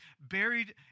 buried